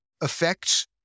affects